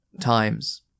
times